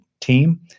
team